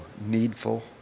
needful